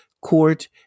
court